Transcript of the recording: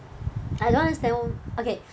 I don't understand okay